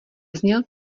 zněl